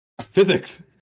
Physics